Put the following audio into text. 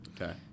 okay